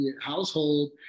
household